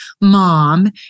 mom